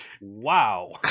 Wow